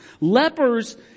Lepers